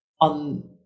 on